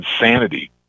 insanity